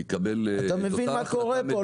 יקבל --- אתה מבין מה קורה פה?